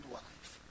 life